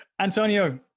Antonio